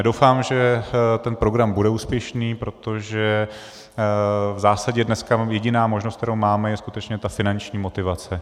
Doufám, že ten program bude úspěšný, protože v zásadě dneska jediná možnost, kterou máme, je skutečně ta finanční motivace.